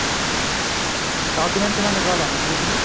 documents ఏమైనా కావాలా ma'am వీటికి